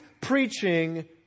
preaching